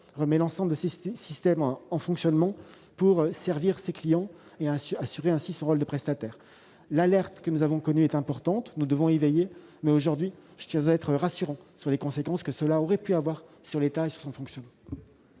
pas, l'ensemble de ses systèmes, pour servir ses clients et assurer ainsi son rôle de prestataire. L'alerte que nous avons connue est importante ; nous devons y veiller. Mais aujourd'hui, je tiens à être rassurant sur les conséquences que cela aurait pu avoir pour l'État et son fonctionnement.